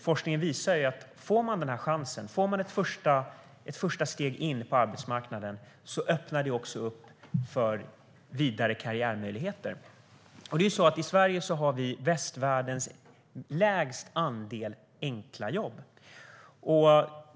Forskningen visar att får man chansen till ett första steg in på arbetsmarknaden öppnar det för vidare karriärmöjligheter. I Sverige har vi västvärldens lägsta andel enkla jobb.